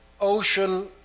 ocean